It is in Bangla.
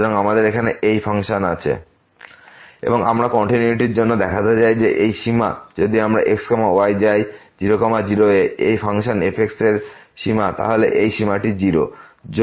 সুতরাং আমাদের এখানে এই ফাংশন আছে fxyxysin 1xy xy≠0 0elsewhere এবং আমরা কন্টিনিউয়িটি র জন্য দেখাতে চাই যে এই সীমা যদি আমরা x y যাই 0 0 এ এই ফাংশন f x y এরসীমা তাহলে এই সীমাটি 0